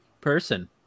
person